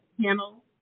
panel